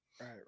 Right